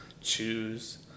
choose